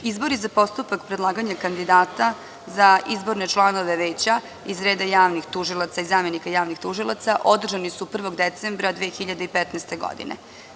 Izbori za postupak predlaganja kandidata za izborne članove Veća iz reda javnih tužilaca i zamenika javnih tužilaca održani su 1. decembra 2015. godine.